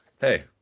hey